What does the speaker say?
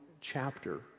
chapter